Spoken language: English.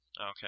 Okay